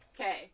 Okay